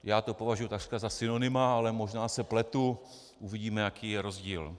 Já to považuji takřka za synonyma, ale možná se pletu, uvidíme, jaký je rozdíl.